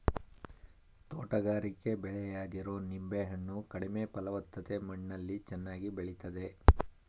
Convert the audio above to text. ತೋಟಗಾರಿಕೆ ಬೆಳೆಯಾಗಿರೊ ನಿಂಬೆ ಹಣ್ಣು ಕಡಿಮೆ ಫಲವತ್ತತೆ ಮಣ್ಣಲ್ಲಿ ಚೆನ್ನಾಗಿ ಬೆಳಿತದೆ